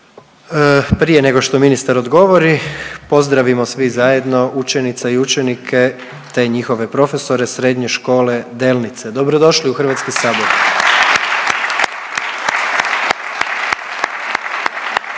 Prije nego što ministar odgovori, pozdravimo svi zajedno učenice i učenike te njihove profesore Srednje škole Delnice. Dobrodošli u Hrvatski sabor.